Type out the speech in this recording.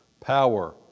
Power